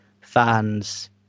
fans